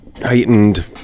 heightened